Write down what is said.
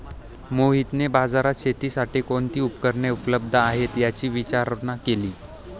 मोहितने बाजारात शेतीसाठी कोणती उपकरणे उपलब्ध आहेत, याची विचारणा केली